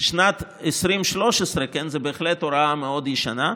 שנת 2013, זו בהחלט הוראה מאוד ישנה,